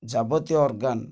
ଯାବତୀୟ ଅର୍ଗାନ